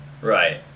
Right